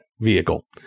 vehicle